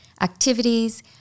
activities